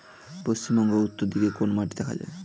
পশ্চিমবঙ্গ উত্তর দিকে কোন মাটি দেখা যায়?